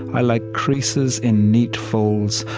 i like creases in neat folds.